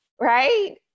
right